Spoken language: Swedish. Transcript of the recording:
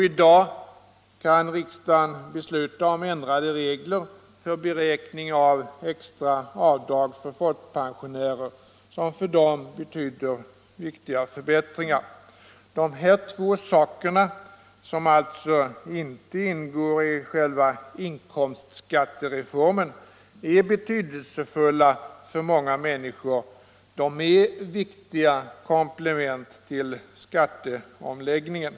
I dag kan riksdagen besluta om ändrade regler för beräkning av extra avdrag för folkpensionärer, som för dem innebär viktiga förbättringar. De här två sakerna, som alltså inte ingår i själva inkomstskattereformen, är betydelsefulla för många människor. De är viktiga komplement till skatteomläggningen.